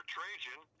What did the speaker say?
Trajan